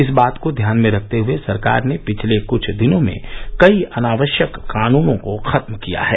इस बात को ध्यान में रखते हुए सरकार ने पिछले कुछ दिनों में कई अनावश्यक कानूनों को खत्म किया है